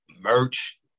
merch